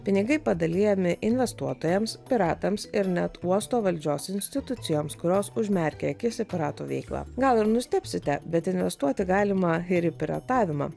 pinigai padalijami investuotojams piratams ir net uosto valdžios institucijoms kurios užmerkia akis į piratų veiklą gal ir nustebsite bet investuoti galima ir į piratavimą